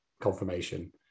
confirmation